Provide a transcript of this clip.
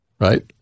Right